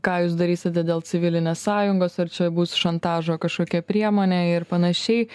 ką jūs darysite dėl civilinės sąjungos ar čia bus šantažo kažkokia priemonė ir panašiai